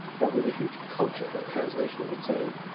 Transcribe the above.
but with a huge culture of translation of its own.